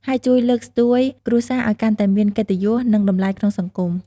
ហើយជួយលើកស្ទួយគ្រួសារឲ្យកាន់តែមានកិត្តិយស និងតម្លៃក្នុងសង្គម។